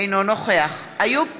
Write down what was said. אינו נוכח איוב קרא,